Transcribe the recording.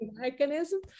mechanism